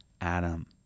Adam